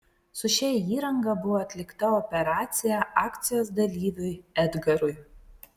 su šia įranga buvo atlikta operacija akcijos dalyviui edgarui